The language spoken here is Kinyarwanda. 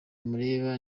mureba